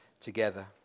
together